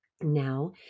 Now